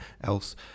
else